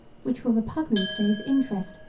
which were repugnant to his interest,